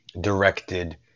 directed